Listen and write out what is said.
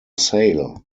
sail